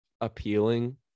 appealing